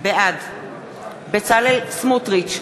בעד בצלאל סמוטריץ,